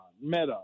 Meta